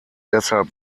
deshalb